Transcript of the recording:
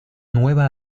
nueva